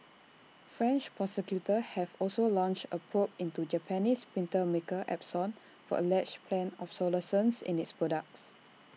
French prosecutors have also launched A probe into Japanese printer maker Epson for alleged planned obsolescence in its products